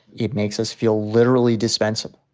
it makes us feel literally dispensable.